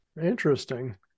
Interesting